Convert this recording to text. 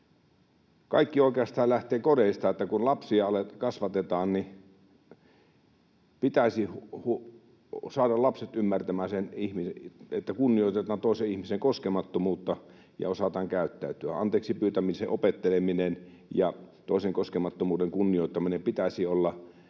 Kaikki oikeastaan lähtee kodeista: kun lapsia kasvatetaan, niin pitäisi saada lapset ymmärtämään se, että kunnioitetaan toisen ihmisen koskemattomuutta ja osataan käyttäytyä. Anteeksi pyytämisen opettelemisen ja toisen koskemattomuuden kunnioittamisen pitäisi olla perusasia